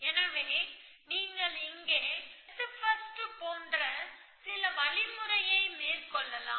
எனவே நீங்கள் இங்கே டெப்த் ஃபஸ்ட் போன்ற சில வழி முறையை மேற்கொள்ளலாம்